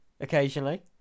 Occasionally